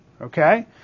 Okay